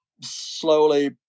slowly